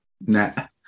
net